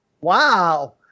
wow